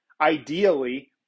ideally